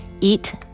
Eat